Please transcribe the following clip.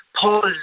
Paul